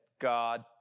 God